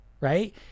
right